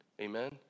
Amen